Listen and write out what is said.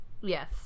yes